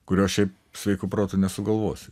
kurio šiaip sveiku protu nesugalvosi